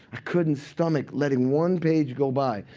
i couldn't stomach letting one page go by.